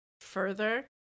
further